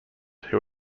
who